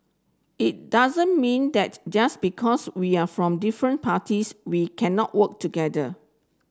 it doesn't mean that just because we're from different parties we cannot work together